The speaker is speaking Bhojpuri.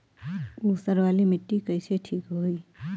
ऊसर वाली मिट्टी कईसे ठीक होई?